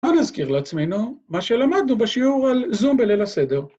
מה נזכיר לעצמנו? מה שלמדנו בשיעור על זום בליל הסדר.